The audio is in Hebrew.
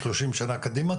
שלושים שנה קדימה,